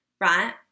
right